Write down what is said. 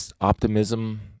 optimism